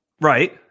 Right